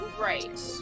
Right